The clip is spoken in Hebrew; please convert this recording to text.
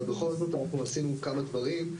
אבל בכל זאת אנחנו עשינו כמה דברים,